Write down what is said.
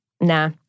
Nah